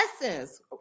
lessons